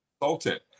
consultant